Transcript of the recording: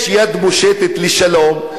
יש יד מושטת לשלום.